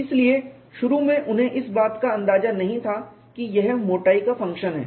इसलिए शुरू में उन्हें इस बात का अंदाजा नहीं था कि यह मोटाई का फंक्शन है